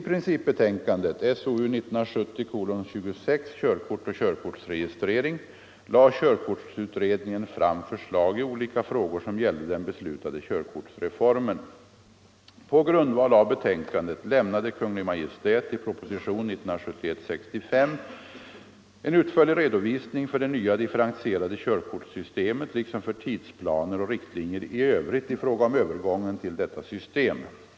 På grundval av betänkandet lämnade Kungl. Maj:t i proposition 1971:65 en utförlig redovisning för det nya differentierade körkortssystemet liksom för tidsplaner och riktlinjer i övrigt i fråga om övergången till detta system.